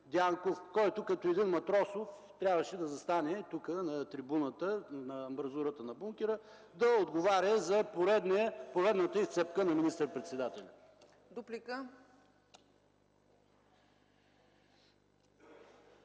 който като един Матросов трябваше да застане тук на трибуната, на амбразурата на бункера, да отговаря за поредната изцепка на министър-председателя.